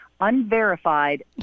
unverified